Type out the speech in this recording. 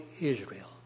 Israel